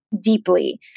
deeply